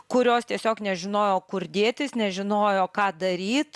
kurios tiesiog nežinojo kur dėtis nežinojo ką daryt